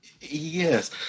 Yes